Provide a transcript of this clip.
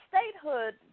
Statehood